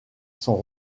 son